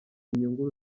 inyungu